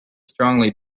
strongly